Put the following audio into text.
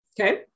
Okay